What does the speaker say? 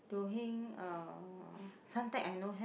Teo Heng uh Suntec I know have